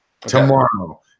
Tomorrow